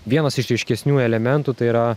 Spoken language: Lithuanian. vienas iš ryškesnių elementų tai yra